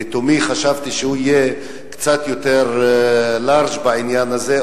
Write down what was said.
לתומי חשבתי שהוא יהיה קצת יותר לארג' בעניין הזה,